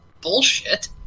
bullshit